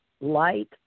light